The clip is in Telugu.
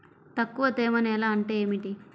తక్కువ తేమ నేల అంటే ఏమిటి?